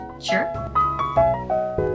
sure